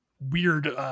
weird